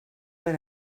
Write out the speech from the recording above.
per